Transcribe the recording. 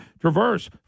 Traverse